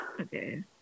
Okay